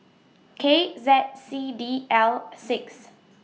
K Z C D L six